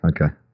Okay